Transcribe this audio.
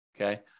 okay